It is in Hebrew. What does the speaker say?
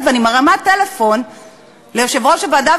ואני מרימה טלפון ליושב-ראש הוועדה,